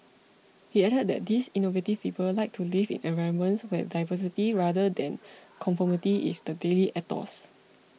he added that these innovative people like to live in environments where diversity rather than conformity is the daily ethos